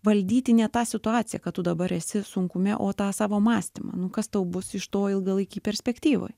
valdyti ne tą situaciją kad tu dabar esi sunkume o tą savo mąstymą nu kas tau bus iš to ilgalaikėj perspektyvoj